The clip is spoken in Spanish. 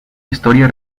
historia